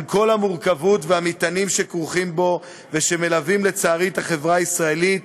עם כל המורכבות והמטענים שכרוכים בו ומלווים לצערי את החברה הישראלית,